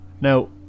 Now